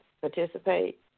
participate